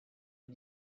les